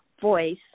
voice